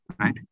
right